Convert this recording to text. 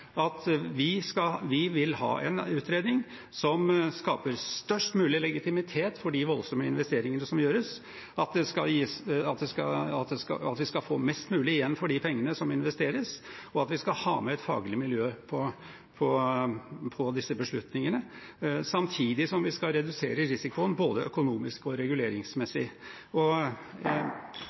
at vi skal få mest mulig igjen for pengene som investeres, og at vi skal ha et faglig miljø med på disse beslutningene, samtidig som vi skal redusere risikoen både økonomisk og reguleringsmessig.